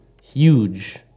huge